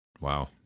Wow